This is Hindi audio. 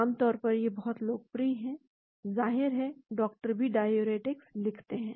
आम तौर पर ये बहुत लोकप्रिय हैं ज़ाहिर है डॉक्टर भी डाययूरेटिक्स लिखते हैं